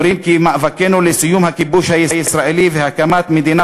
אומרים כי מאבקנו לסיום הכיבוש הישראלי והקמת מדינה